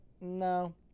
no